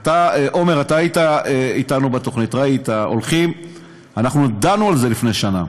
עמר, היית אתנו בתוכנית, ראיתי, דנו בזה לפני שנה,